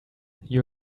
you